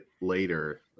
later